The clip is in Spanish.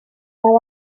grupo